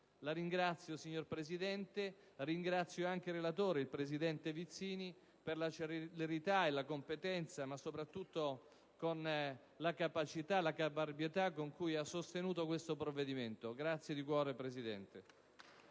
La ringrazio, signora Presidente. Ringrazio anche il relatore, presidente Vizzini, per la celerità e la competenza, ma soprattutto per la capacità e la caparbietà con cui ha sostenuto questo provvedimento. Grazie di cuore, signora